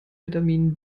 vitamin